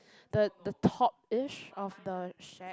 the the top ish of the shack